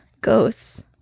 Ghosts